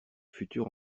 futurs